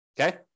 Okay